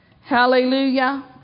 Hallelujah